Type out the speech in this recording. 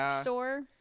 store